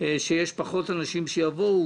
שיש פחות אנשים שיבואו,